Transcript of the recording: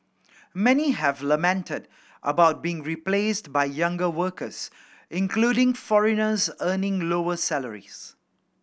many have lamented about being replaced by younger workers including foreigners earning lower salaries